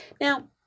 Now